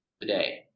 today